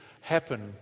happen